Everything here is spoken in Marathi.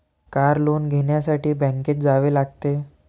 कार लोन घेण्यासाठी बँकेत जावे लागते